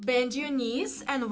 bend your knees and